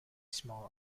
small